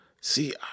See